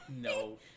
No